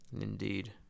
Indeed